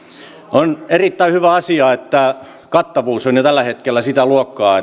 on erittäin hyvä asia että kattavuus on jo tällä hetkellä sitä luokkaa